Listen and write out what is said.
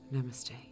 Namaste